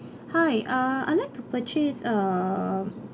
hi uh I like to purchase err